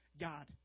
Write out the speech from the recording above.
God